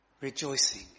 rejoicing